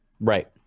Right